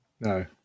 No